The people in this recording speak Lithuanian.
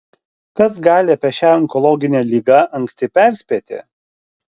kas gali apie šią onkologinę ligą anksti perspėti